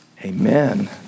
amen